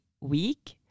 week